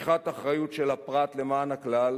לקיחת אחריות של הפרט למען הכלל,